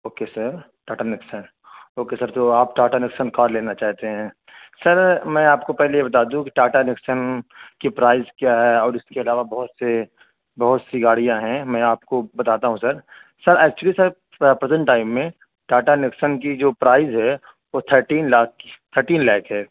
okay sir Tata Nexon okay sir تو آپ Tata Nexon car لینا چاہتے ہیں سر میں آپ کو پہلے یہ بتا دوں کہ ٹاٹا نیکسن کی پرائز کیا ہے اور اس کے علاوہ بہت سے بہت سی گاڑیاں ہیں میں آپ کو بتاتا ہوں sir sir actually sir present time میں ٹاٹا نیکسن کی جو پرائز ہے وہ تھرٹین لاکھ تھرٹین لاکھ ہے